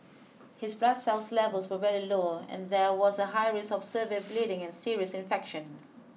his blood cell's levels were very low and there was a high risk of severe bleeding and serious infection